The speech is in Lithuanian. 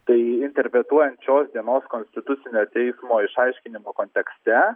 tai interpretuojant šios dienos konstitucinio teismo išaiškinimo kontekste